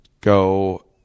go